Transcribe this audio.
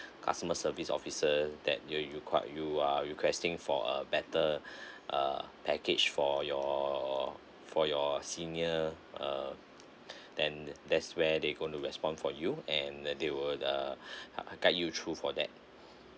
customer service officer that you you quite you are requesting for a better uh package for your for your senior uh then there's where they gonna respond for you and uh they would uh uh guide you through for that